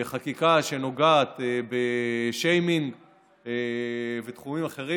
חקיקה שנוגעת בשיימינג ותחומים אחרים.